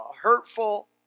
hurtful